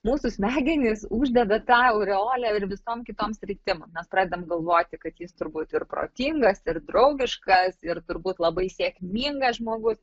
mūsų smegenys uždeda tą aureolę ir visom kitom sritim mes pradedam galvoti kad jis turbūt ir protingas ir draugiškas ir turbūt labai sėkmingas žmogus